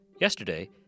Yesterday